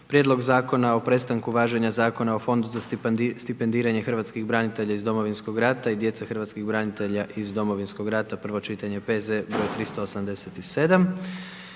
Prijedlog Zakona o prestanku važenja Zakona o Fondu za stipendiranje hrvatskih branitelja iz Domovinskog rata i djece hrvatskih branitelja iz Domovinskog rata, prvo čitanje, P.Z. br. 387